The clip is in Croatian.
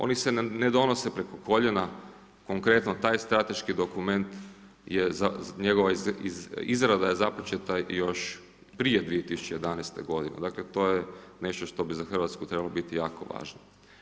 Oni se ne donose preko koljena, konkretno taj strateški dokument je njegova izrada započeta još prije 2011. godine, dakle to je nešto što bi za Hrvatsku trebalo biti jako važno.